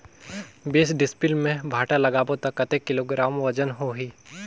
बीस डिसमिल मे भांटा लगाबो ता कतेक किलोग्राम वजन होही?